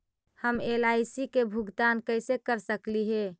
हम एल.आई.सी के भुगतान कैसे कर सकली हे?